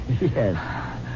Yes